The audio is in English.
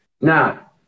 Now